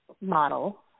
model